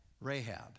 rahab